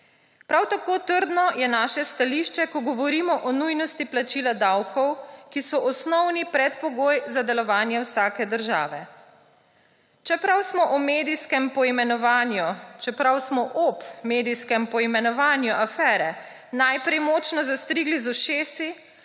Prav tako trdno je naše stališče, ko govorimo o nujnosti plačila davkov, ki so osnovni predpogoj za delovanje vsake države. Čeprav smo ob medijskem poimenovanju afere najprej močno zastrigli z ušesi,